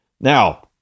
Now